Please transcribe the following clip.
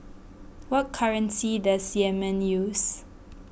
what currency does Yemen use